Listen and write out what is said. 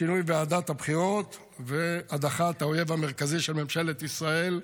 בשינוי ועדת הבחירות והדחת האויב המרכזי של ממשלת ישראל,